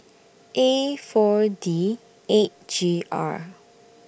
A four D eight G R